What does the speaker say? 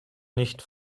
nicht